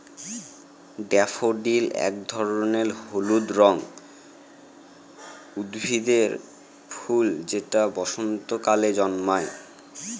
daffodil এক ধরনের হলুদ রঙের উদ্ভিদের ফুল যেটা বসন্তকালে জন্মায়